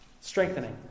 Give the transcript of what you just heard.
Strengthening